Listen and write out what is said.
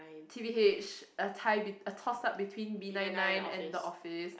T_V H a tie bet~ a toss up between B nine nine and the Office